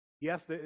Yes